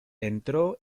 entró